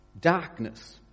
Darkness